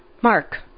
Mark